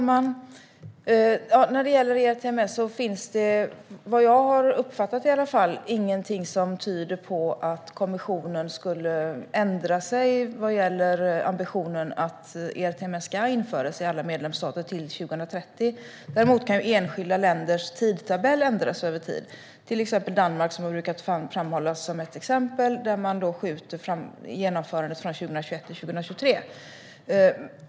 Herr talman! Som jag har uppfattat det finns det ingenting som tyder på att kommissionen skulle ändra sig vad gäller ambitionen att ERTMS ska införas i alla medlemsstater till 2030. Däremot kan enskilda länders tidtabell ändras. Danmark har brukat framhållas som ett exempel. Där skjuter man fram genomförandet från 2021 till 2023.